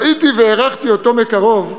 ראיתי והרחתי אותם מקרוב,